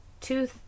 two